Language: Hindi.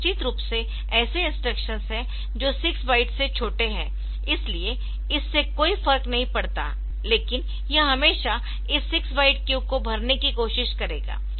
अब निश्चित रूप से ऐसे इंस्ट्रक्शंस है जो 6 बाइट्स से छोटे है इसलिए इससे कोई फर्क नहीं पड़ता लेकिन यह हमेशा इस 6 बाइट क्यू को भरने की कोशिश करेगा